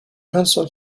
pencil